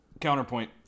counterpoint